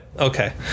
Okay